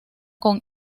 con